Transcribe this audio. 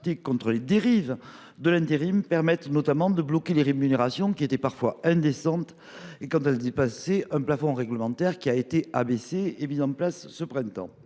contre les dérives de l’intérim permettent notamment de bloquer les rémunérations, qui sont parfois indécentes, quand elles dépassent un plafond réglementaire ; ce dernier a été abaissé et mis en place au printemps